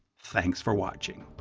thanks for watching.